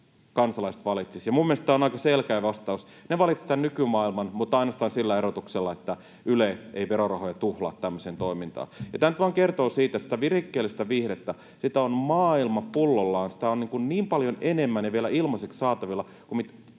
ja minun mielestäni tämä on aika selkeä vastaus. He valitsisivat tämän nykymaailman, mutta ainoastaan sillä erotuksella, että Yle ei verorahoja tuhlaa tämmöiseen toimintaan. Tämä nyt vain kertoo siitä, että sitä virikkeellistä viihdettä, sitä on maailma pullollaan, sitä on niin paljon enemmän ja vielä ilmaiseksi saatavilla